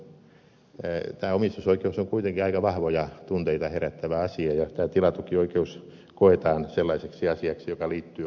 tämä omistusoikeus on kuitenkin aika vahvoja tunteita herättävä asia ja tämä tilatukioikeus koetaan sellaiseksi asiaksi joka liittyy omistusoikeuteen